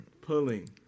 Pulling